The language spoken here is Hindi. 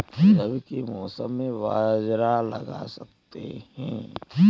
रवि के मौसम में बाजरा लगा सकते हैं?